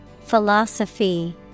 Philosophy